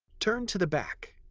turn to the back.